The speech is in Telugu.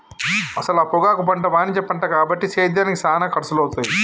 అసల పొగాకు పంట వాణిజ్య పంట కాబట్టి సేద్యానికి సానా ఖర్సులవుతాయి